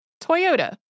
Toyota